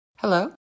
Hello